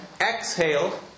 exhale